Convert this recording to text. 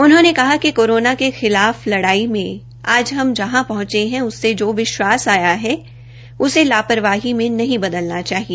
उन्होंने कहा कि कोरोना के खिलाफ लड़ाई में आज हम जहां पहंचे है उससे जो विश्वास आया है उसे लापरवाही में नहीं बदलना चाहिए